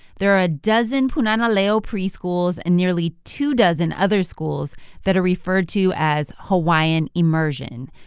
there are a dozen punana leo preschools and nearly two dozen other schools that are referred to as hawaiian immersion,